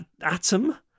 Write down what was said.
atom